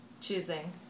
choosing